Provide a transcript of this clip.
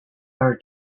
are